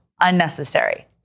unnecessary